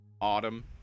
autumn